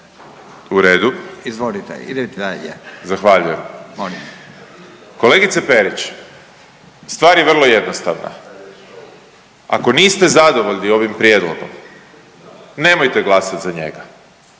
Zahvaljujem. …/Upadica Radin: Molim./… Kolegice Perić stvar je vrlo jednostavna, ako niste zadovoljni ovim prijedlogom nemojte glasat za njega